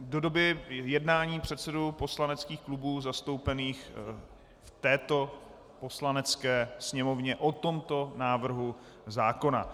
Do doby jednání předsedů poslaneckých klubů zastoupených v této Poslanecké sněmovně o tomto návrhu zákona.